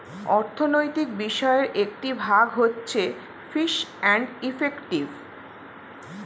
অর্থনৈতিক বিষয়ের একটি ভাগ হচ্ছে ফিস এন্ড ইফেক্টিভ